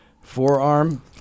Forearm